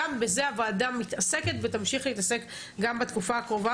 גם בזה הוועדה מתעסקת ותמשיך להתעסק גם בתקופה הקרובה